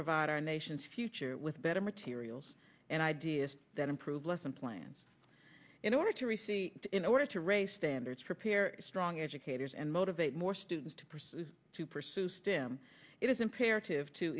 provide our nation's future with better materials and ideas that improve lesson plans in order to receive in order to raise standards prepare strong educators and motivate more students to pursue to pursue stim it is imperative to